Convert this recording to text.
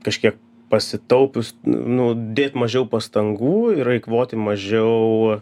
kažkiek pasitaupius nu dėt mažiau pastangų ir eikvoti mažiau